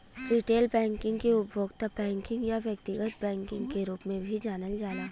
retail banking के उपभोक्ता banking या व्यक्तिगत बैंकिंग के रूप में भी जानल जाला